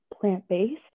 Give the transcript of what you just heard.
plant-based